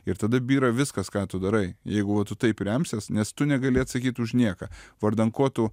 ir tada byra viskas ką tu darai jeigu va tu taip remsies nes tu negali atsakyt už nieką vardan ko tu